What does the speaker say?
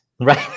Right